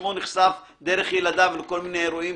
עצמו נחשף דרך ילדיו לכל מיני אירועים.